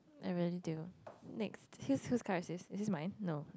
I really do next whose card is this is this mine no